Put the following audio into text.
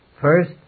First